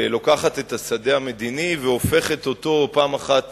לוקחת את השדה המדיני והופכת אותו, פעם אחת